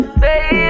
Baby